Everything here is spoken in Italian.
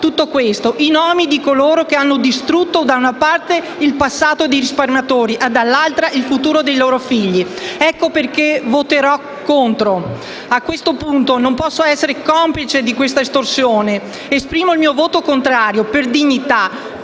tutto questo, i nomi di coloro che hanno distrutto da una parte il passato dei risparmiatori e dall'altra il futuro dei loro figli. Ecco perché voterò contro: a questo punto non posso essere complice di questa estorsione. Esprimo il mio voto contrario per dignità,